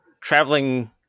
traveling